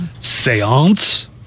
Seance